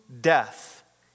death